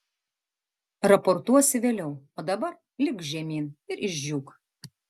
raportuosi vėliau o dabar lipk žemyn ir išdžiūk